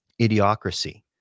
idiocracy